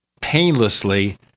painlessly